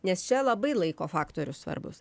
nes čia labai laiko faktorius svarbus